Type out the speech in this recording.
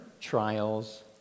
trials